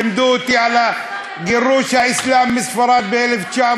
גם ההורים שלי לימדו אותי על גירוש האסלאם מספרד ב-1992,